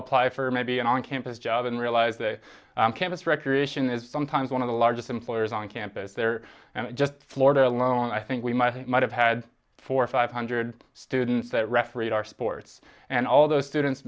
apply for maybe an on campus job and realize a campus recreation is sometimes one of the largest employers on campus there and just florida alone i think we might have had four or five hundred students that refereed our sports and all those students